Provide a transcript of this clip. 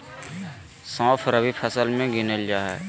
सौंफ रबी फसल मे गिनल जा हय